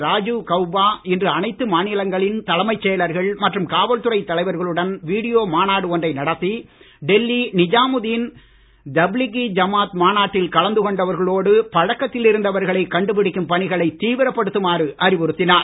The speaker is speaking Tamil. ராஜீவ் கவுபா இன்று அனைத்து மாநிலங்களின் தலைமைச் செயலர்கள் மற்றும் காவல் துறை தலைவர்களுடன் வீடியோ மாநாடு ஒன்றை நடத்தி டெல்லி நிஜாமுதீன் தப்லீகி ஜமாத் மாநாட்டில் கலந்து கொண்டவர்களோடு பழக்கத்தில் இருந்தவர்களை கண்டுபிடிக்கும் பணிகளை தீவிரப்படுத்துமாறு அறிவுறுத்தினார்